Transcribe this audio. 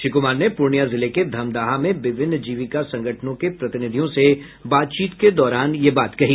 श्री कुमार ने पूर्णिया जिले के धमदाहा में विभिन्न जीविका संगठनों के प्रतिनिधियों से बातचीत के दौरान यह बात कही